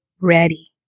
ready